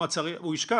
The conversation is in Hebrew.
הוא ישכח.